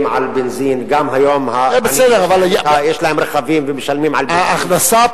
היו"ר ראובן ריבלין: להיפך,